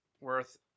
worth